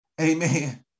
Amen